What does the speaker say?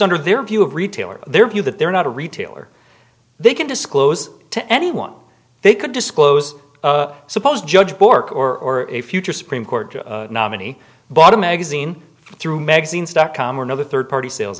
under their view of retailer their view that they're not a retailer they can disclose to anyone they could disclose supposed judge bork or a future supreme court nominee but a magazine through magazines dot com or another third party sales